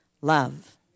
love